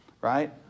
right